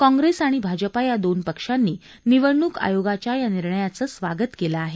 काँग्रेस आणि भाजपा या दोन पक्षांनी निवडणूक आयोगाच्या या निर्णयाचं स्वागत केलं आहे